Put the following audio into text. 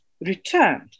returned